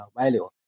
value